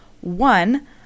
One